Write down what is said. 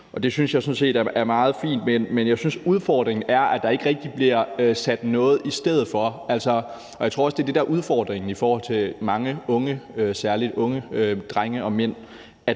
jeg sådan set er meget fint, men jeg synes udfordringen er, at der ikke rigtig bliver sat noget i stedet for. Jeg tror også, det er det, der er udfordringen i forhold til mange unge, særlig unge drenge og mænd,